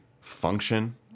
function